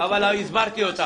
אבל הסברתי אותך.